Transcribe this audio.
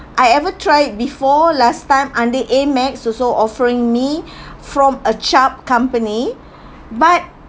I ever tried before last time under Amex also offering me from a Chubb company but uh